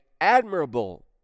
admirable